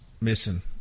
missing